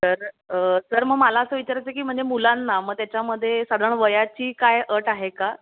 तर सर मग मला असं विचारायचं आहे की म्हणजे मुलांना मग त्याच्यामध्ये साधारण वयाची काय अट आहे का